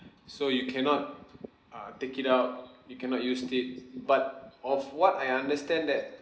so you cannot uh take it out you cannot used it but of what I understand that